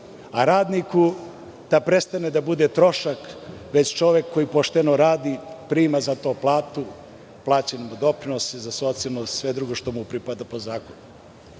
a radniku da prestane da bude trošak, već čovek koji pošteno radi, prima za to platu, plaćen mu je doprinos i sve drugo što mu pripada po zakonu.U